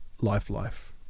life-life